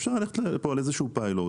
אפשר ללכת על איזשהו פיילוט,